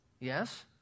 Yes